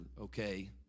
okay